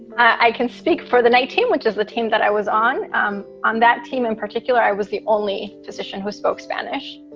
i can speak for the nineteen, which is the team that i was on um on that team in particular. i was the only physician who spoke spanish